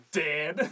dead